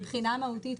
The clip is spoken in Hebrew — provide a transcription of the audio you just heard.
מבחינה מהותית,